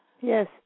Yes